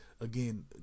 again